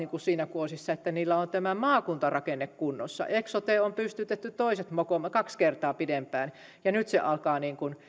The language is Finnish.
siinä kuosissa että heillä on tämä maakuntarakenne kunnossa eksotea on pystytetty toinen mokoma kaksi kertaa pidempään ja nyt se alkaa